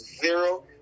Zero